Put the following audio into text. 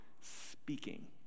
speaking